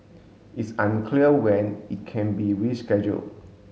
it's unclear when it can be rescheduled